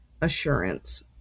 assurance